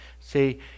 See